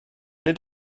nid